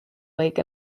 lake